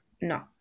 No